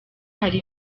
hari